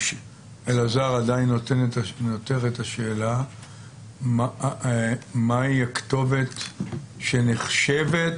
אלעזר, עדיין נותרת השאלה מהי הכתובת שנחשבת